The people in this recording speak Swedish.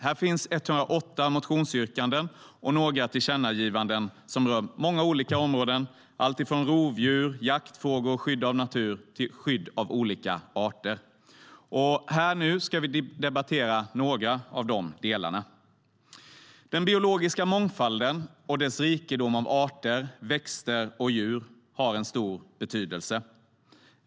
Här finns 108 motionsyrkanden och några tillkännagivanden som rör många olika områden, bland annat rovdjur, jaktfrågor, skydd av natur och skydd av olika arter. Den biologiska mångfalden och dess rikedom av arter, växter och djur har en stor betydelse.